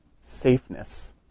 safeness